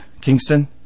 Kingston